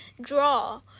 draw